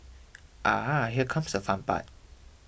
Ah here comes the fun part